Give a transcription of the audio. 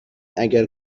اگر